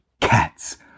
Cats